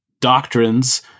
doctrines